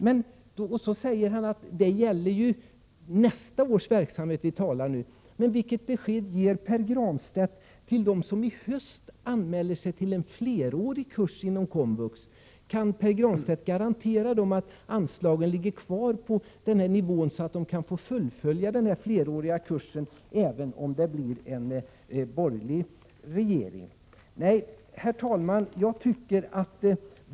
Han säger också att det är nästa års verksamhet — Prot. 1987/88:110 vi talar om. Men vilket besked ger Pär Granstedt till dem som i höst anmäler — 28 april 1988 sig till en flerårig kurs inom komvux? Kan Pär Granstedt garantera dem att anslagen ligger kvar på denna nivå, så att de kan fullfölja den fleråriga kursen även om det blir en borgerlig regering? Herr talman!